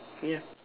ya